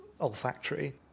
olfactory